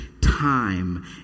time